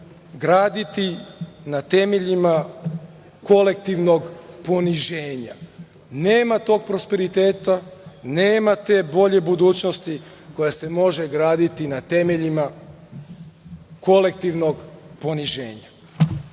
graditi na temeljima kolektivnog poniženja. Nema tog prosperiteta, nema te bolje budućnosti koja se može graditi na temeljima kolektivnog poniženja.